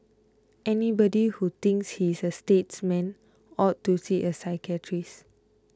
anybody who thinks he is a statesman ought to see a psychiatrist